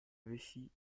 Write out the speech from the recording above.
vessie